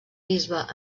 bisbe